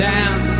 Down